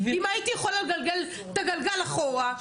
אם הייתי יכולה לגלגל את הגלגל אחורה,